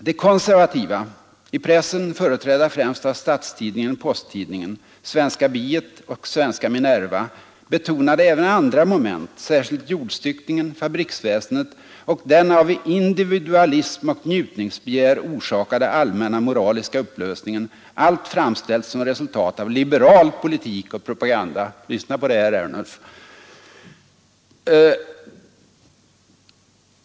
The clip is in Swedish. De konservativa, i pressen företrädda främst av Statstidningen-Posttidningen, Svenska Biet och Svenska Minerva, betonade även andra moment, särskilt jordstyckningen, fabriksväsendet och den av individualism och njutningsbegär orsakade allmänna moraliska upplösningen, allt framställt som resultat av liberal politik och propaganda.” — Lyssna på det, herr Ernulf!